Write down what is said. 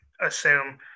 assume